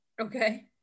Okay